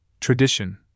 tradition